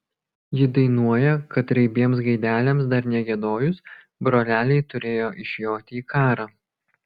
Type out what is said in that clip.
ji dainuoja kad raibiems gaideliams dar negiedojus broleliai turėjo išjoti į karą